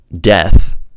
death